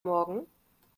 morgen